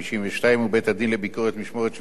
ועל בית-הדין לביקורת משמורת של מסתננים,